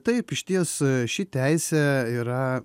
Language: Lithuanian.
taip išties ši teisė yra